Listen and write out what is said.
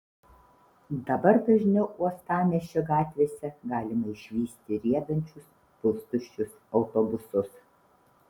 dabar dažniau uostamiesčio gatvėse galima išvysti riedančius pustuščius autobusus